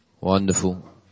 Wonderful